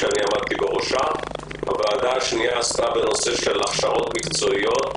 שאני עמדתי בראשה; הוועדה השנייה עסקה בהכשרות מקצועיות,